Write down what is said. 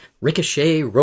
Ricochet